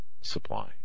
supply